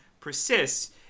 persists